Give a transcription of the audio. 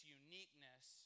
uniqueness